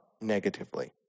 negatively